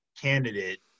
candidate